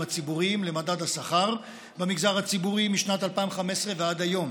הציבוריים למדד השכר במגזר הציבורי משנת 2015 ועד היום.